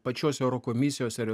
pačios eurokomisijos ar